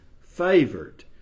favored